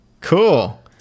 cool